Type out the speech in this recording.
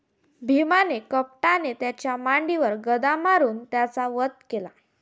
भीमाने कपटाने त्याच्या मांडीवर गदा मारून त्याचा वध केला